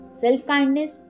self-kindness